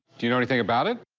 do you know anything about it?